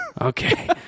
Okay